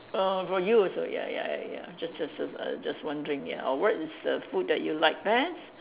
err for you also ya ya ya just just just uh just wondering ya or what is the food that you like best